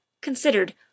considered